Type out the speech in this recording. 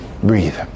Breathe